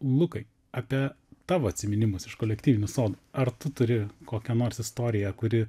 lukai apie tavo atsiminimus iš kolektyvinių sodų ar tu turi kokią nors istoriją kuri